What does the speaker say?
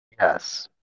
Yes